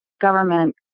government